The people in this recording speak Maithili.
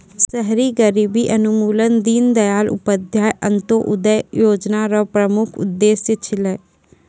शहरी गरीबी उन्मूलन दीनदयाल उपाध्याय अन्त्योदय योजना र प्रमुख उद्देश्य छलै